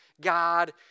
God